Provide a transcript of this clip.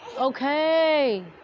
Okay